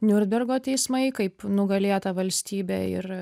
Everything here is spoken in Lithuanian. niurnbergo teismai kaip nugalėta valstybė ir